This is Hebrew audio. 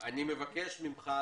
אני מבקש ממך,